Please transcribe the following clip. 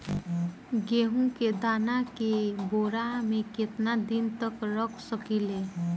गेहूं के दाना के बोरा में केतना दिन तक रख सकिले?